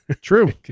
True